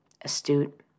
astute